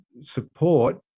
support